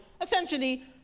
essentially